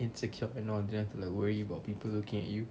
insecure and all like worry about people looking at you